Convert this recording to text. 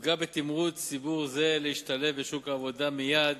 ותפגע בתמרוץ ציבור זה להשתלב בשוק העבודה מייד